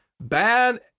bad